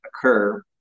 occur